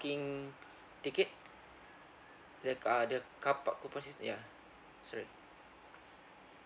parking ticket that ah the carpark coupon system yeah sorry